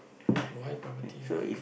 why property